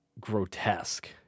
grotesque